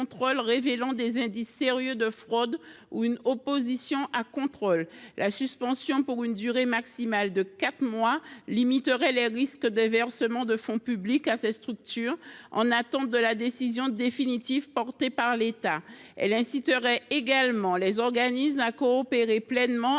révélant des indices sérieux de fraude ou d’opposition à un contrôle. Une suspension pour une durée maximale de quatre mois limiterait le versement de fonds publics à ces structures, en attente de la décision définitive de l’État. Elle inciterait également les organismes à coopérer pleinement